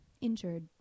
injured